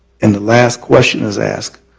and the last question is asked,